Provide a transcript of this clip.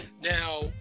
Now